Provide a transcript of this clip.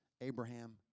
Abraham